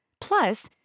Plus